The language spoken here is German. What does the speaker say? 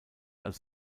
als